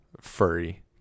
furry